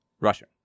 Russia